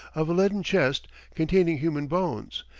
of a leaden chest containing human bones,